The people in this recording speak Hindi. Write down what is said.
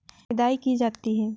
निदाई की जाती है?